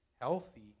healthy